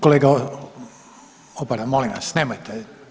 Kolega Opara, molim vas, nemojte.